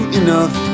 enough